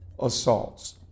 assaults